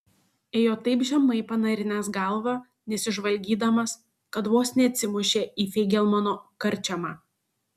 ėjo taip žemai panarinęs galvą nesižvalgydamas kad vos neatsimušė į feigelmano karčiamą